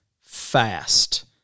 fast